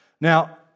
Now